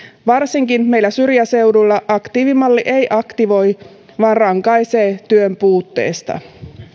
varsinkaan meillä syrjäseuduilla aktiivimalli ei aktivoi vaan rankaisee työn puutteesta